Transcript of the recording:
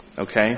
Okay